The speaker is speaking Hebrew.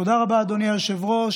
תודה רבה, אדוני היושב-ראש.